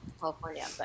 California